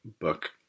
book